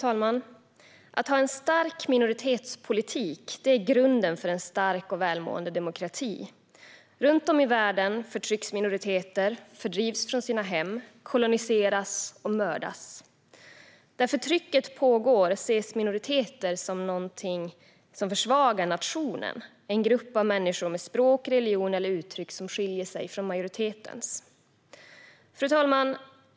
Fru talman! En stark minoritetspolitik är grunden för en stark och välmående demokrati. Runt om i världen förtrycks minoriteter. De fördrivs från sina hem, koloniseras och mördas. Där förtrycket pågår ses minoriteter som något som försvagar nationen - en grupp människor med språk, religion, eller uttryck som skiljer sig från majoritetens. Fru talman!